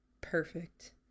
Perfect